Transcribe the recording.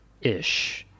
Ish